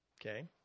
Okay